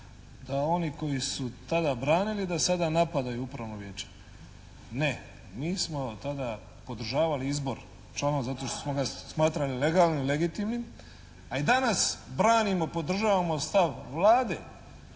da oni koji su tada branili da sada napadaju upravno vijeće. Ne. Mi smo tada podržavali izbor članova zato što smo ga smatrali legalnim, legitimnim, a i danas branimo, podržavamo stav Vlade